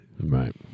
Right